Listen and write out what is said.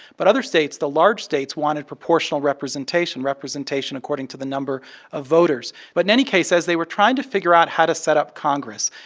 but other states, the large states, wanted proportional representation representation according to the number of voters. but in any case, as they were trying to figure out how to set up congress,